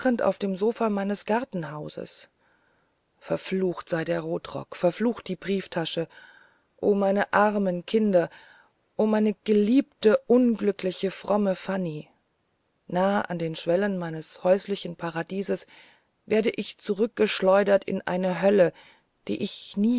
auf dem sofa meines gartenhauses verflucht sei der rotrock verflucht die brieftasche o meine armen kinder o meine geliebte unglückliche fromme fanny nahe an den schwellen meines häuslichen paradieses werde ich zurückgeschleudert in eine hölle die ich nie